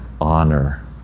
honor